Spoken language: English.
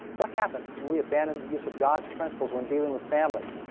what happened when we abandoned the use of god's principles when dealing with families?